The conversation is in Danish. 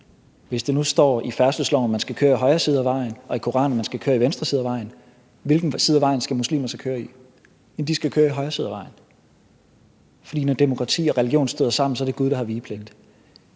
Hvis der nu står i færdselsloven, at man skal køre i højre side af vejen, og i Koranen, at man skal køre i venstre side af vejen, hvilken side af vejen skal muslimer så køre i? Jamen de skal køre i højre side af vejen. For når demokrati og religion støder sammen, er det Gud, der har vigepligt.